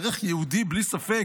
ערך יהודי בלי ספק,